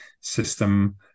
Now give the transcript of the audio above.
system